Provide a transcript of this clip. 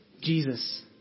Jesus